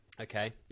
Okay